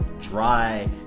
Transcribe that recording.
dry